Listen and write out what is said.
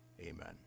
amen